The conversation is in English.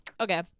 okay